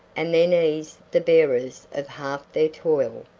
and then ease the bearers of half their toil,